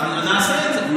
נעשה את זה.